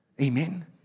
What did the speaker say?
Amen